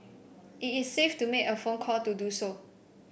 if it's safe to make a phone call do so